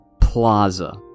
plaza